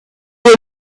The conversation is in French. est